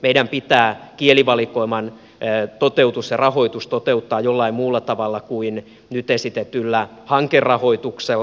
meidän pitää toteuttaa kielivalikoiman toteutus ja rahoitus jollain muulla tavalla kuin nyt esitetyllä hankerahoituksella